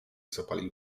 zapalił